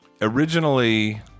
Originally